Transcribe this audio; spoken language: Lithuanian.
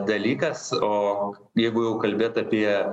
dalykas o jeigu jau kalbėt apie